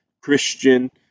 Christian